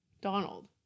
Donald